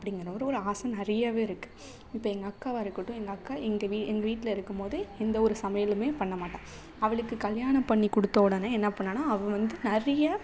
அப்படிங்கற ஒரு ஒரு ஆசை நிறையவே இருக்குது இப்போ எங்கள் அக்காவாக இருக்கட்டும் எங்கள் அக்கா எங்க வீ எங்கள் வீட்டில் இருக்கும்போது எந்த ஒரு சமையலுமே பண்ணமாட்டாள் அவளுக்கு கல்யாணம் பண்ணி கொடுத்தவுடனே என்ன பண்ணிணான்னா அவள் வந்து நிறைய